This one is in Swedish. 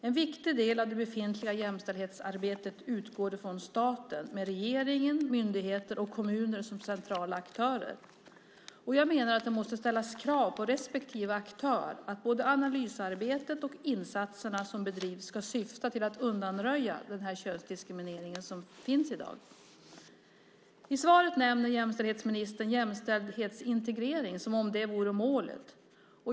En viktig del av det befintliga jämställdhetsarbetet utgår från staten med regeringen, myndigheter och kommuner som centrala aktörer. Jag menar att det måste ställas krav på respektive aktör att både analysarbetet och insatserna som bedrivs ska syfta till att undanröja den här könsdiskrimineringen som finns i dag. I svaret nämnde jämställdhetsministern jämställdhetsintegrering, som om det vore målet.